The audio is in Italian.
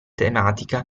tematica